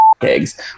eggs